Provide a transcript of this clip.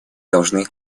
должны